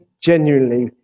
genuinely